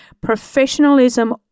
Professionalism